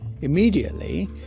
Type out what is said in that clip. immediately